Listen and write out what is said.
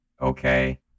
Okay